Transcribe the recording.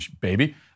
baby